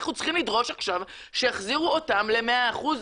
אנחנו צריכים לדרוש עכשיו שיחזירו אותם ל-100% עבודה.